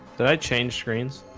did i change screens